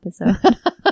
episode